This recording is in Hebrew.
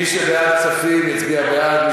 מי שבעד כספים, יצביע בעד.